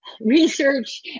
Research